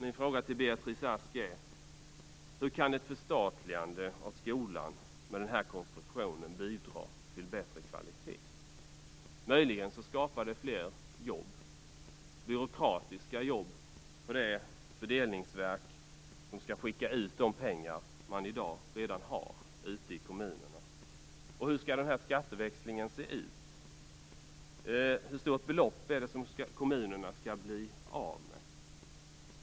Min fråga till Beatrice Ask är: Hur kan ett förstatligande av skolan med den här konstruktionen bidra till bättre kvalitet? Möjligen skapar det fler byråkratiska jobb för det fördelningsverk som skall skicka ut de pengar som man i dag redan har ute i kommunerna. Och hur skall denna skatteväxling se ut? Hur stort belopp skall kommunerna bli av med?